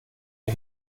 der